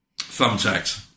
Thumbtacks